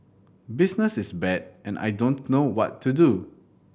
business is bad and I don't know what to do